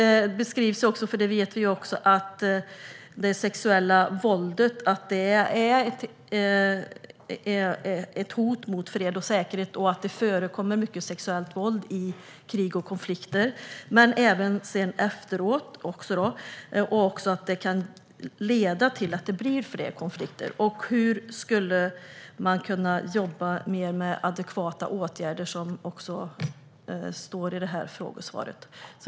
Vi vet att det sexuella våldet är ett hot mot fred och säkerhet, och vi vet att det förekommer mycket sexuellt våld i krig och konflikter, men även efteråt. Vi vet också att det kan leda till fler konflikter. Hur skulle man kunna jobba mer med adekvata åtgärder, som nämns i frågesvaret?